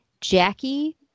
Jackie